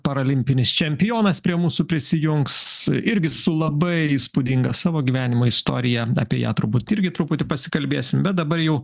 parolimpinis čempionas prie mūsų prisijungs irgi su labai įspūdinga savo gyvenimo istorija apie ją turbūt irgi truputį pasikalbėsim bet dabar jau